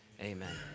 amen